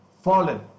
fallen